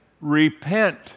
repent